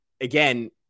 again